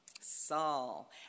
Saul